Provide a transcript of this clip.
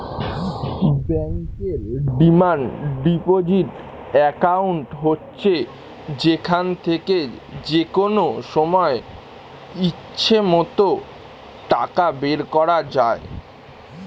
ব্যাংকের demand deposit account হচ্ছে যেখান থেকে যেকনো সময় ইচ্ছে মত টাকা বের করা যায়